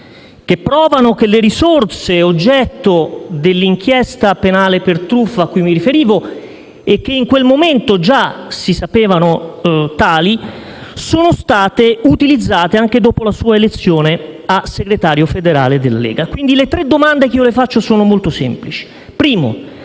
che provano che le risorse oggetto dell'inchiesta penale per truffa, a cui mi riferivo e che in quel momento già si sapevano tali, sono state utilizzate anche dopo la sua elezione a Segretario federale della Lega. Quindi le tre domande che le faccio sono molto semplici. Primo: